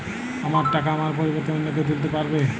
আমার টাকা আমার পরিবর্তে অন্য কেউ তুলতে পারবে?